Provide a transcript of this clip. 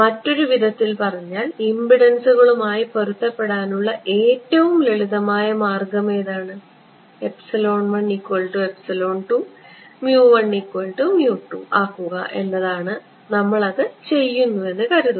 മറ്റൊരു വിധത്തിൽ പറഞ്ഞാൽ ഇംപിഡൻസുകളുമായി പൊരുത്തപ്പെടാനുള്ള ഏറ്റവും ലളിതമായ മാർഗം ഏതാണ് ആക്കുക എന്നതാണ് നമ്മൾ അത് ചെയ്യുന്നു എന്ന് കരുതുക